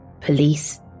police